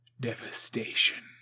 devastation